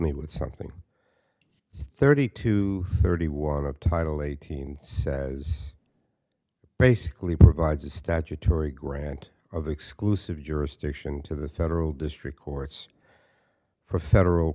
me with something thirty two thirty one of title eighteen says basically provides a statutory grant of exclusive jurisdiction to the federal district courts for federal